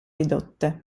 ridotte